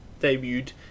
debuted